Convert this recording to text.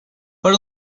per